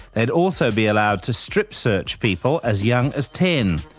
they'd also be allowed to strip-search people as young as ten,